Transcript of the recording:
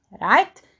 right